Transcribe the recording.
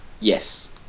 Yes